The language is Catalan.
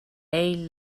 ell